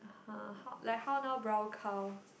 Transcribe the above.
!huh! like how now brown cow